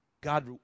God